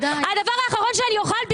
הדבר האחרון שאני אוכל,